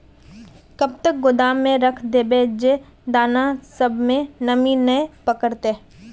कब तक गोदाम में रख देबे जे दाना सब में नमी नय पकड़ते?